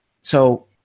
So-